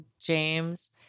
James